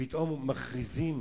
ופתאום מכריזים,